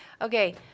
Okay